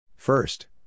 First